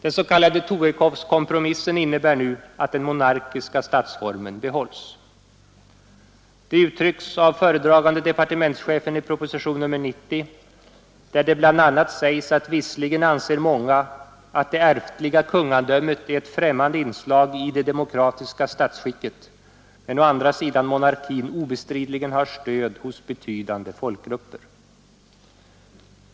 Den s.k. Torekovskompromissen innebär nu att den monarkiska statsformen behålls. Det uttrycks av föredragande departementschefen i propositionen 90, där det bl.a. sägs att visserligen anser många att det ärftliga kungadömet är ett främmande inslag i det demokratiska statsskicket men att å andra sidan monarkin obestridligen har stöd hos betydande folkgrupper.